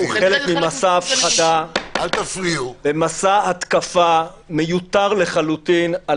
הוא חלק ממסע הפחדה ומסע התקפה מיותר לחלוטין על